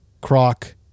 croc